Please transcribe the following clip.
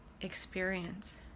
experience